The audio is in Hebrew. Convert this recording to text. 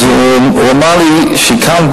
אז הוא אמר לי שכאן,